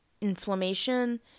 inflammation